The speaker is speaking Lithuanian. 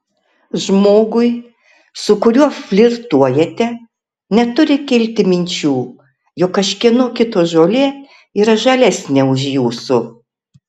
žmogui su kuriuo flirtuojate neturi kilti minčių jog kažkieno kito žolė yra žalesnė už jūsų